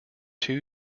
two